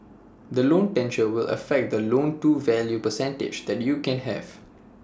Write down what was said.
the loan tenure will affect the loan to value percentage that you can have